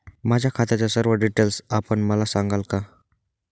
माझ्या खात्याचे सर्व डिटेल्स आपण मला सांगाल का?